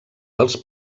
dels